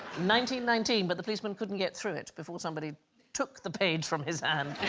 nineteen nineteen but the policeman couldn't get through it before somebody took the page from his hand